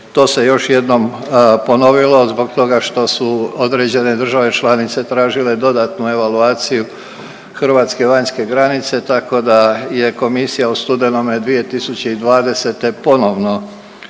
to se još jednom ponovilo zbog toga što su određene države članice tražile dodatnu evaluaciju hrvatske vanjske granice, tako da je komisija u studenome 2020. ponovno